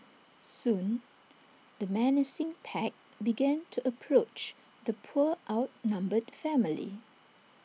soon the menacing pack began to approach the poor outnumbered family